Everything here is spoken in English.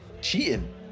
Cheating